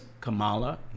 Kamala